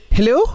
Hello